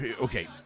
Okay